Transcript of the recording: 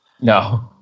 No